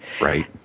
Right